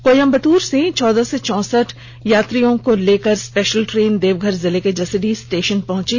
कोयंबटूर से चौदह सौ चौसठ यात्रियों को लेकर स्पेषल ट्रेन देवघर जिले के जसीडीह स्टेषन पहची